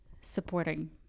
supporting